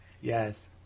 yes